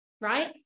right